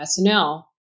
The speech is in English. SNL